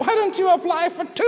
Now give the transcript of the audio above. why don't you apply for t